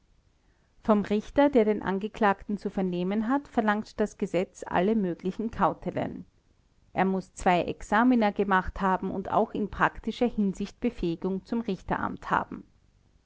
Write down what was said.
vom richter der den angeklagten zu vernehmen hat verlangt das gesetz alle möglichen kautelen er muß zwei examina gemacht haben und auch in praktischer hinsicht befähigung zum richteramt haben